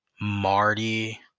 Marty